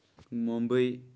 ممبٕے